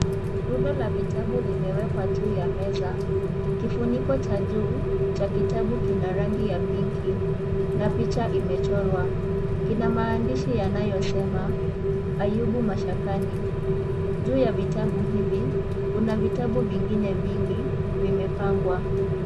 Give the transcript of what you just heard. Rundo la vitabu limewekwa juu ya meza, kifuniko cha juu cha kitabu kina rangi ya pink, na picha imechorwa, kina maandishi inayosema "Ayubu mashakani" juu ya vitabu hivi kuna vitabu vingine vingi vimepangwa.